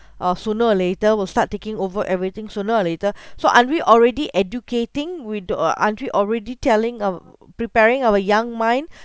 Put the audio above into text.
uh sooner or later will start taking over everything sooner or later so are we already educating we don't ar~ ar~ aren't we already telling uh preparing our young mind